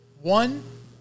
one